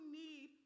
need